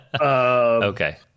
Okay